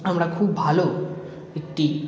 আমরা খুব ভালো একটি